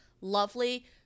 Lovely